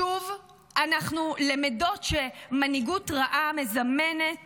שוב אנחנו למדות שמנהיגות רעה מזמנת